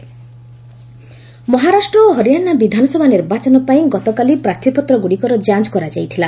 ସ୍କ ଟିନୀ ମହାରାଷ୍ଟ ଓ ହରିୟାଣା ବିଧାନସଭା ନିର୍ବାଚନ ପାଇଁ ଗତକାଲି ପ୍ରାର୍ଥୀପତ୍ରଗୁଡ଼ିକର ଯାଞ୍ କରାଯାଇଥିଲା